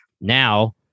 Now